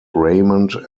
raymond